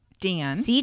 Dan